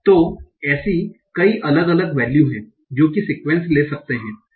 तो एसी कई अलग अलग वैल्यू हैं जो ये सिक्यूएन्स ले सकते हैं